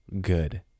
good